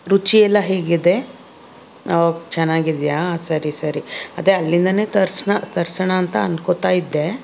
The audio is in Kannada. ರುಚಿ ಎಲ್ಲ ಹೇಗಿದೆ ಓಹ್ ಚೆನ್ನಾಗಿದೆಯಾ ಸರಿ ಸರಿ ಅದೆ ಅಲ್ಲಿಂದಾನೆ ತರ್ಸ್ನ ತರ್ಸೋಣ ಅಂತ ಅನ್ಕೋತಾ ಇದ್ದೆ